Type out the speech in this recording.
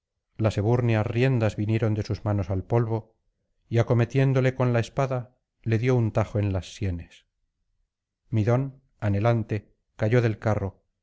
las ebúrneas riendas vinieron de sus manos al polvo y acometiéndole con la espada le dio un tajo en las sienes midón anhelante cayó del carro